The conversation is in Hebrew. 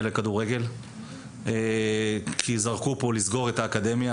לכדורגל כי דיברו פה על לסגור את האקדמיה.